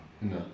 No